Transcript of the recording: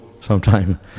sometime